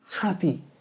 happy